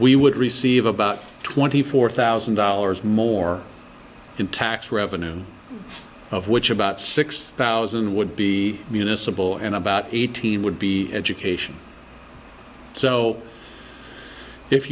we would receive about twenty four thousand dollars more in tax revenues of which about six thousand would be municipal and about eighteen would be education so if